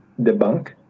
debunk